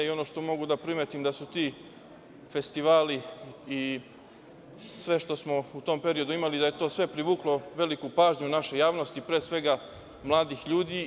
Ono što mogu da primetim je da su ti festivali i sve što smo u tom periodu imali, da je sve to privuklo veliku pažnju naše javnosti, pre svega mladih ljudi.